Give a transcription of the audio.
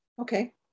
okay